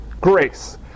grace